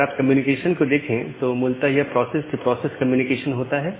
अगर आप कम्युनिकेशन को देखें तो मूलत यह प्रोसेस टू प्रोसेस कम्युनिकेशन होता है